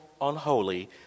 unholy